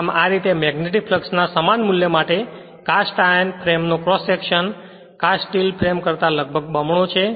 આમ આ રીતે મેગ્નેટીકફ્લક્ષ ના સમાન મૂલ્ય માટે કાસ્ટ આયર્ન ફ્રેમનો cross section cast steel frame કરતા લગભગ બમણો છે